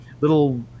little